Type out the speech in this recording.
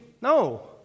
No